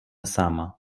sama